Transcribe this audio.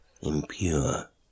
impure